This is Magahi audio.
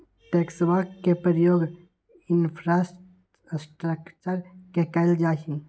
टैक्सवा के प्रयोग इंफ्रास्ट्रक्टर में कइल जाहई